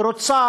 שרוצה